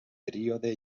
període